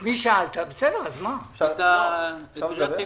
אני שואל את העירייה.